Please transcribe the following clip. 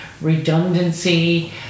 redundancy